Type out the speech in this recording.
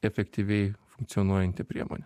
efektyviai funkcionuojanti priemonė